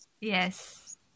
Yes